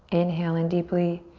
inhale in deeply.